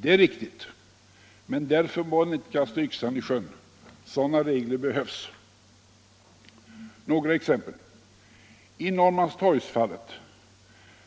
Det är riktigt, men därför får man inte kasta yxan i sjön. Sådana regler behövs. Några exempel: I Norrmalmstorgsfallet